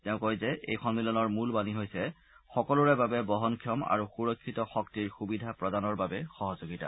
তেওঁ কয় যে এই সন্মিলনৰ মূল বাণী হৈছে সকলোৰে বাবে বহমক্ষম আৰু সুৰক্ষিত শক্তিৰ সুবিধা প্ৰদানৰ বাবে সহযোগিতা